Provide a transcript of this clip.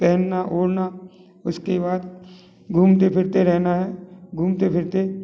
पहनना ओढ़ना उसके बाद घूमते फिरते रहना है घूमते फिरते